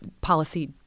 policy